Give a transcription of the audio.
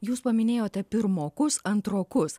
jūs paminėjote pirmokus antrokus